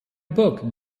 book